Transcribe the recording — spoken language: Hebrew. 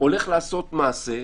לעשות מעשה,